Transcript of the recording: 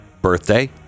birthday